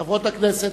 חברות הכנסת,